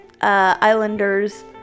islanders